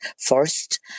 first